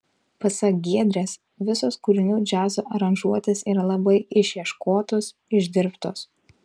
pasak giedrės visos kūrinių džiazo aranžuotės yra labai išieškotos išdirbtos